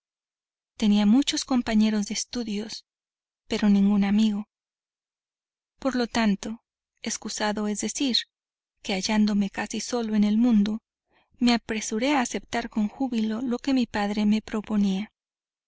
tenía muchos compañeros de estudios pero ningún amigo por lo tanto excusado es decir que hallándome casi solo en el mundo me apresuré a aceptar con júbilo lo que mi padre me proponía